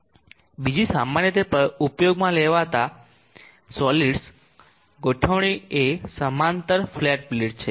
બીજી સામાન્ય રીતે ઉપયોગમાં લેવામાં આવતી સોલીડ્સ ગોઠવણી એ સમાંતર ફ્લેટ પ્લેટ છે